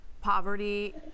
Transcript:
poverty